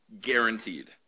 Guaranteed